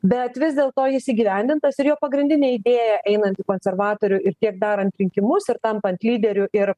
bet vis dėlto jis įgyvendintas ir jo pagrindinė idėja einanti į konservatorių ir tiek darant rinkimus ir tampant lyderiu ir